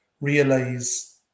realize